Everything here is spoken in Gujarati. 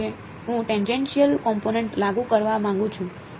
હું ટેનજેનશિયલ કોમ્પોનેંટ લાગુ કરવા માંગુ છું